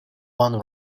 van